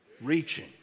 Reaching